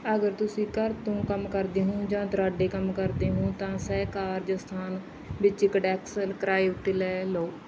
ਅਗਰ ਤੁਸੀਂ ਘਰ ਤੋਂ ਕੰਮ ਕਰਦੇ ਹੋ ਜਾਂ ਦੂਰਾਡੇ ਕੰਮ ਕਰਦੇ ਹੋ ਤਾਂ ਸਹਿ ਕਾਰਜ ਸਥਾਨ ਵਿੱਚ ਇੱਕ ਡੈਕਸ ਕਿਰਾਏ ਉੱਤੇ ਲਓ